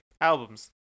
albums